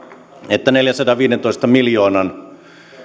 että neljänsadanviidentoista miljoonan